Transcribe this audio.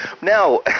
Now